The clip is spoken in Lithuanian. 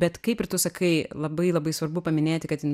bet kaip ir tu sakai labai labai svarbu paminėti kad jin